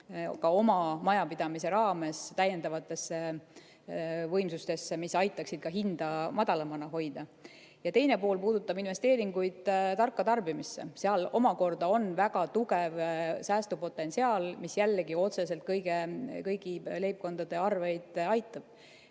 ka oma majapidamise raames täiendavatesse võimsustesse, mis aitaksid ka hinda madalamana hoida. Ja teine pool puudutab investeeringuid tarka tarbimisse. Seal omakorda on väga tugev säästupotentsiaal, mis jällegi otseselt kõigi leibkondade arveid aitab